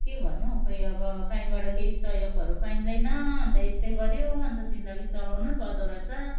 के भन्नु खोई अब कहीँबाट केही सहयोगहरू पाइँदैन अन्त यस्तै गऱ्यो अन्त जिन्दगी चलाउनै पर्दोरहेछ